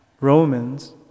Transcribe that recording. Romans